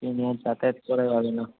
ট্রেনে আর যাতায়াত করা যাবে না